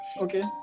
okay